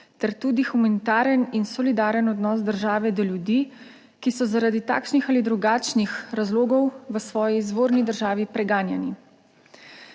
ter tudi humanitaren in solidaren odnos države do ljudi, ki so zaradi takšnih ali drugačnih razlogov v svoji izvorni državi preganjani.